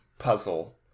puzzle